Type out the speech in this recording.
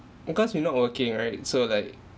because we not working right so like